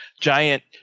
giant